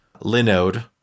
Linode